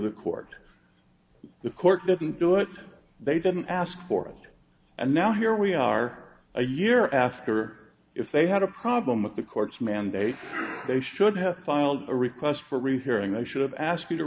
the court the court didn't do it they didn't ask for it and now here we are a year after if they had a problem with the court's mandate they should have filed a request for rehearing they should have ask